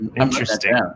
Interesting